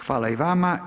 Hvala i vama.